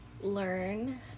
learn